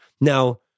Now